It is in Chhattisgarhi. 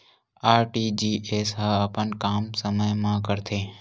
आर.टी.जी.एस ह अपन काम समय मा करथे?